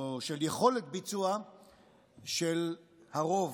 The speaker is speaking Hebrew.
או של יכולת ביצוע של הרוב.